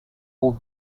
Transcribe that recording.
who